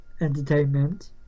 Entertainment